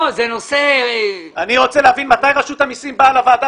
אני רוצה להבין מתי רשות המסים באה לוועדה